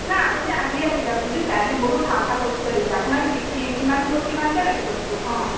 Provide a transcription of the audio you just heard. নাই আপুনি আজি আহি যাওক বুজিছে আজি বহুত ভাল ভাল বস্তু আহিছে আপোনাৰ কি কি কিমান কিমানকে লাগে বস্তু অঁ